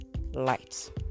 light